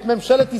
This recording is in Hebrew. את ממשלת ישראל,